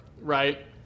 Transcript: right